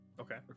Okay